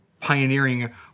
pioneering